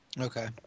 Okay